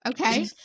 Okay